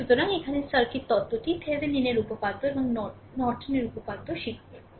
সুতরাং এখানে সার্কিট তত্ত্বটি Thevenin এর উপপাদ্য এবং নর্টনের উপপাদ্য শিখবে